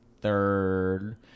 third